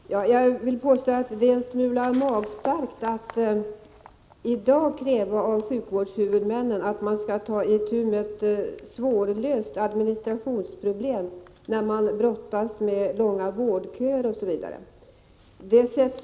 Herr talman! Jag vill påstå att det är en smula magstarkt att i dag kräva av sjukvårdshuvudmännen att de skall ta itu med ett svårlöst administrationsproblem, när de brottas med långa vårdköer och andra problem.